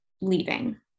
leaving